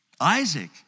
Isaac